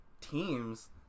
teams